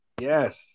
Yes